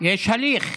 יש הליך.